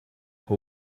who